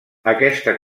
aquesta